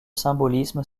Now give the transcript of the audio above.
symbolisme